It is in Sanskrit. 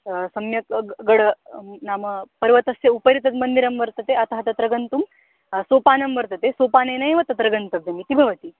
सम्यक् गड नाम पर्वतस्य उपरि तद् मन्दिरं वर्तते अतः तत्र गन्तुं सोपानं वर्तते सोपानेनैव तत्र गन्तव्यम् इति भवति